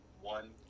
one